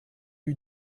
lui